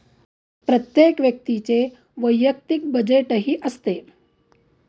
प्रत्येक व्यक्तीचे वैयक्तिक बजेटही असते